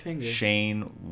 Shane